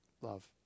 love